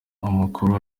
amakuru